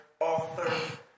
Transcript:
author